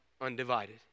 undivided